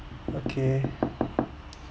okay